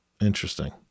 Interesting